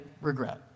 regret